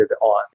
on